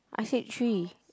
I said three